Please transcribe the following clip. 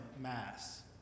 Mass